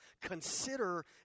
consider